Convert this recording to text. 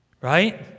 Right